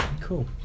Cool